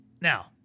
now